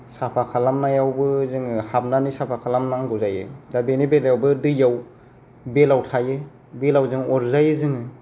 साफा खालामनायावबो जोङो हाबनानै साफा खालामनांगौ जायो दा बेनि बेलायावबो दैयाव बेद्लाव थायो बेद्लावजों अरजायो जोङो